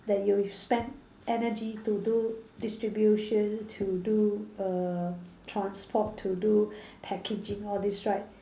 that you spent energy to do distribution to do err transport to do packaging all these right